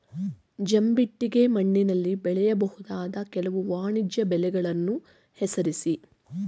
ಜಂಬಿಟ್ಟಿಗೆ ಮಣ್ಣಿನಲ್ಲಿ ಬೆಳೆಯಬಹುದಾದ ಕೆಲವು ವಾಣಿಜ್ಯ ಬೆಳೆಗಳನ್ನು ಹೆಸರಿಸಿ?